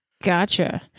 Gotcha